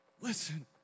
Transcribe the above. Listen